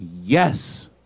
Yes